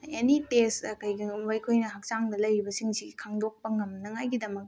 ꯑꯦꯅꯤ ꯇꯦꯁ ꯀꯩꯒꯨꯝꯕ ꯀꯩꯒꯨꯝꯕ ꯑꯩꯈꯣꯏꯅ ꯍꯛꯆꯥꯡꯗ ꯂꯩꯔꯤꯕꯁꯤꯡꯁꯤ ꯈꯪꯗꯣꯛꯄ ꯉꯝꯅꯉꯥꯏꯒꯤꯗꯃꯛꯇ